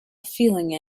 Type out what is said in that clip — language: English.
feeling